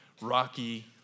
rocky